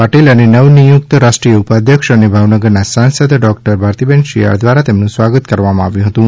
પાટીલ અને નવનિયુક્ત રાષ્ટ્રીય ઉપાધ્યક્ષ અને ભાવનગરના સાંસદ ડોક્ટર ભારતીબેન શિયાળ દ્વારા તેમનું સ્વાગત કરવામાં આવ્યું હતું